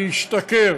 להשתכר,